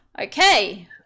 Okay